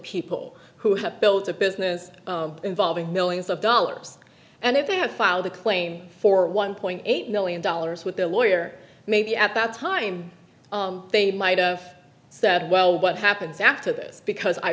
people who have built a business involving millions of dollars and if they had filed a claim for one point eight million dollars with their lawyer maybe at that time they might have said well what happens after this because i